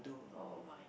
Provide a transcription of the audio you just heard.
oh my